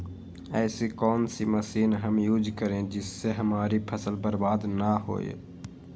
ऐसी कौन सी मशीन हम यूज करें जिससे हमारी फसल बर्बाद ना हो?